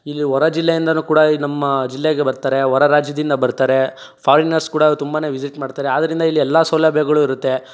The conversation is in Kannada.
ಇಲ್ಲಿ ಹೊರ ಜಿಲ್ಲೆ ಇಂದಲೂ ಕೂಡ ನಮ್ಮ ಜಿಲ್ಲೆಗೆ ಬರ್ತಾರೆ ಹೊರ ರಾಜ್ಯದಿಂದ ಬರ್ತಾರೆ ಫಾರಿನಸ್ ಕೂಡ ತುಂಬನೇ ವಿಸಿಟ್ ಮಾಡ್ತಾರೆ ಆದ್ರಿಂದ ಇಲ್ಲಿ ಎಲ್ಲ ಸೌಲಭ್ಯಗಳು ಇರುತ್ತೆ